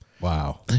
Wow